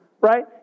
right